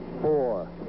four